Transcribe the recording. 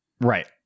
Right